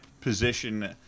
position